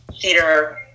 theater